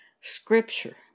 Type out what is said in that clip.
scripture